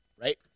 Right